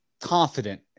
confident